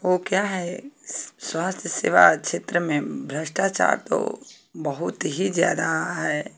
वो क्या है स्वास्थय सेवा क्षेत्र में भ्रष्टाचार तो बहुत ही ज़्यादा है